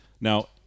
Now